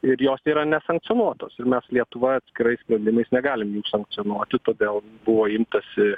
ir jos yra nesankcionuotos ir mes lietuvoje atskirais sprendimais negalim jų sankcionuoti todėl buvo imtasi